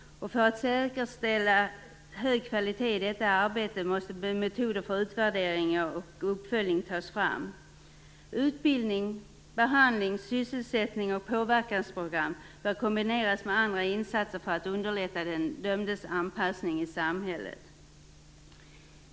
För att säkerställa hög kvalitet i detta arbete måste metoder för utvärdering och uppföljning tas fram. Utbildning, behandling, sysselsättning och påverkansprogram bör kombineras med andra insatser för att man skall underlätta den dömdes anpassning i samhället.